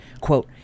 Quote